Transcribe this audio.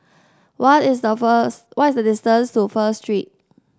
what is the first what is the distance to First Street